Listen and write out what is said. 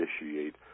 initiate